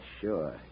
Sure